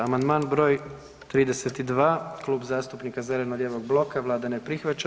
Amandman br. 32, Klub zastupnika zeleno-lijevog bloka Vlada ne prihvaća.